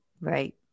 right